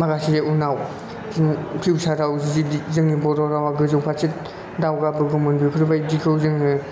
माखासे उनाव फिउ फिउसाराव जोंनि बर' रावा गोजौ फारसे दावगा बोगौमोन बेफोरबायदिखौ जोङो